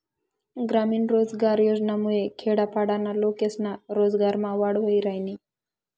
ग्रामीण रोजगार योजनामुये खेडापाडाना लोकेस्ना रोजगारमा वाढ व्हयी रायनी